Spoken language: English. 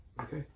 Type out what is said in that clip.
okay